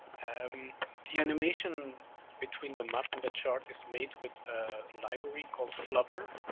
um the animation between the map and the chart is made with a library called flubber,